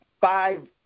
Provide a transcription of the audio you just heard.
five